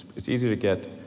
it's easier to get